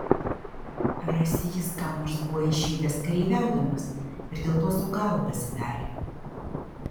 rasi jis ką nors buvo išėdęs kareiviaudamas ir dėl to sau galą pasidarė